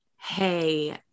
hey